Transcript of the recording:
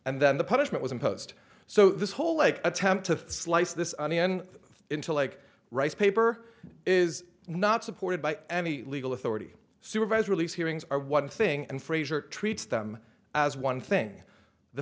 and then the punishment was imposed so this whole like attempt to slice this onion into like rice paper is not supported by any legal authority supervised release hearings are one thing and frazier treats them as one thing the